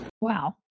Wow